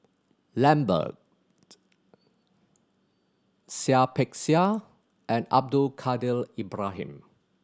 Lambert Seah Peck Seah and Abdul Kadir Ibrahim